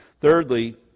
Thirdly